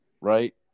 right